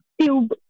tube